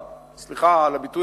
סליחה על הביטוי,